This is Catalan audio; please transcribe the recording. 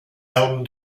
elm